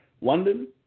London